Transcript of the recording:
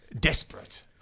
desperate